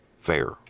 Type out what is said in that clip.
Fair